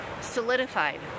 solidified